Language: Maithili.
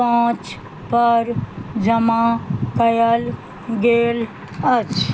पाँचपर जमा कएल गेल अछि